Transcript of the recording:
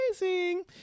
amazing